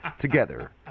Together